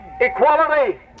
equality